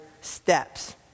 steps